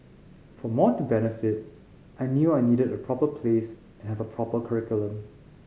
for more to benefit I knew I needed a proper place and have a proper curriculum